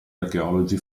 archeologi